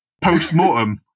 post-mortem